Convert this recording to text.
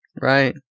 right